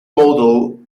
model